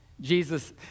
Jesus